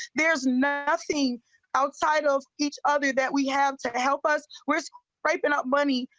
there's not seen outside of each other that we have to help us west right but not money.